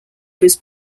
was